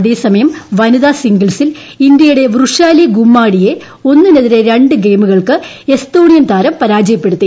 അതേസമയം വനിതാ സിംഗിൾസിൽ ഇന്ത്യയുടെ വ്രുഷാലി ഗുമ്മാഡിയെ ഒന്നിനെതിരെ രണ്ടു ഗെയിമുകൾക്ക് എസ്തോണിയൻ താരം പരാജയപ്പെടുത്തി